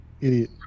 Idiot